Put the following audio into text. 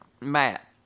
Matt